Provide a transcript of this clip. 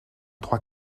trois